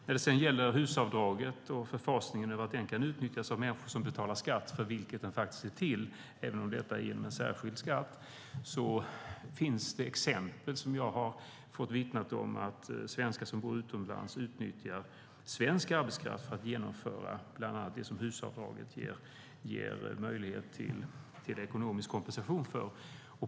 När det sedan gäller HUS-avdraget och förfasningen över att det kan utnyttjas av människor som betalar skatt - för vilket den faktiskt är till, även om detta är genom en särskild skatt - finns det exempel jag hört vittnas om där svenskar som bor utomlands utnyttjar svensk arbetskraft för att genomföra bland annat det som HUS-avdraget ger möjlighet till ekonomisk kompensation för.